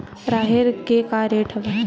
राहेर के का रेट हवय?